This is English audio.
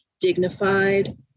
dignified